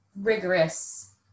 rigorous